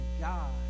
God